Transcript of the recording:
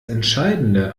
entscheidende